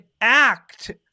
act